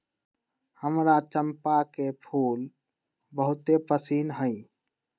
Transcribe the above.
हमरा चंपा के फूल बहुते पसिन्न हइ